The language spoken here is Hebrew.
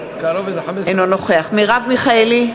אינו נוכח מרב מיכאלי,